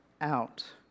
out